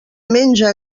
menja